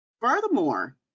Furthermore